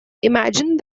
imagine